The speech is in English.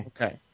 Okay